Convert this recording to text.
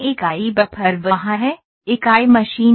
इकाई बफर वहाँ है इकाई मशीन है